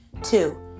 Two